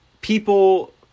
people